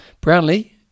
Brownlee